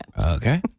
Okay